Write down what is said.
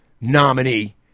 nominee